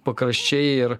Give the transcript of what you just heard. pakraščiai ir